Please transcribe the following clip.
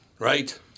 Right